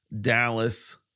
Dallas